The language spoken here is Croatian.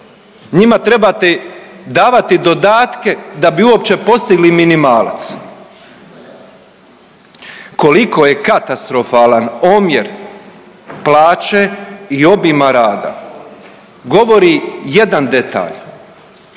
Njima trebate davati dodatke da bi uopće postigli minimalac. Koliko je katastrofalan omjer plaće i obima rada govori jedan detalj.